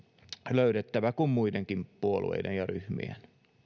löydettävä kuin muidenkin puolueiden ja ryhmien